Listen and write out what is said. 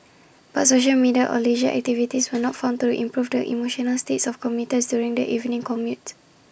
but social media or leisure activities were not found to improve the emotional states of commuters during the evening commute